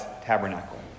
tabernacle